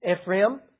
Ephraim